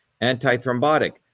anti-thrombotic